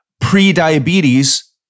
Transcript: pre-diabetes